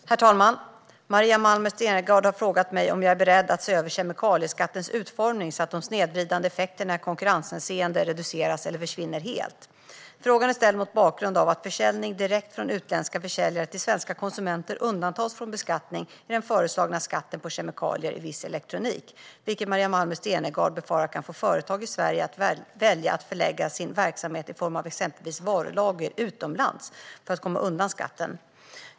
Svar på interpellationer Herr talman! Maria Malmer Stenergard har frågat mig om jag är beredd att se över kemikalieskattens utformning så att de snedvridande effekterna i konkurrenshänseende reduceras eller försvinner helt. Frågan är ställd mot bakgrund av att försäljning direkt från utländska försäljare till svenska konsumenter undantas från beskattning i den föreslagna skatten på kemikalier i viss elektronik, vilket Maria Malmer Stenergard befarar kan få företag i Sverige att välja att förlägga sin verksamhet, i form av exempelvis varulager, utomlands för att komma undan skatten.